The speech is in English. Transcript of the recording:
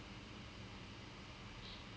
give rest to my body at all